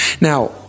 Now